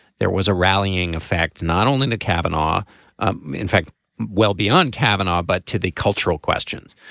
there was a rallying effect not only to kavanaugh in fact well beyond kavanaugh but to the cultural questions.